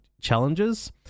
challenges